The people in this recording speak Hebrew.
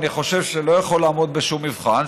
אני חושב שלא יכול לעמוד בשום מבחן,